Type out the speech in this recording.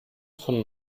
von